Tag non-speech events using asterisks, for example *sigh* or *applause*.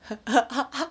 *laughs*